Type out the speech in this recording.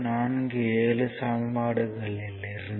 47 சமன்பாடுகளிலிருந்து